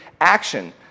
action